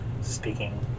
speaking